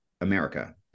America